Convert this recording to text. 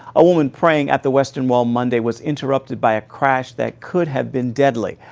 a woman praying at the western wall monday was interpreted by a crash that could have been deadly.